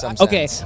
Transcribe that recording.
okay